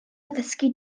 addysgu